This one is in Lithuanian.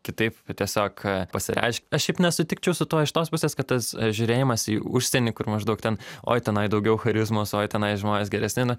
kitaip tiesiog pasireiškia aš šiaip nesutikčiau su tuo iš tos pusės kad tas žiūrėjimas į užsienį kur maždaug ten oi tenai daugiau charizmos oi tenai žmonės geresni na